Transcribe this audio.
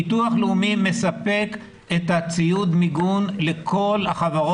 ביטוח לאומי מספק את ציוד המיגון לכל החברות והעמותות.